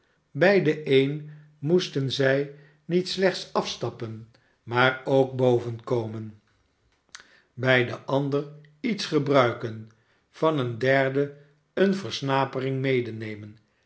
bij den een moesten zij niet slechts afstappen maar ook boven komen bij den ander iets gebruiken van een derde eene versnapering medenemen